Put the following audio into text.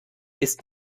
ist